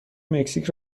مکزیک